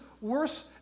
worse